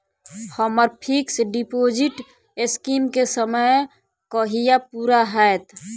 हम्मर fix deposit scheme केँ समय कहिया पूरा हैत?